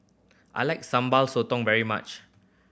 I like Sambal Sotong very much